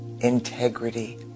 integrity